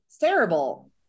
terrible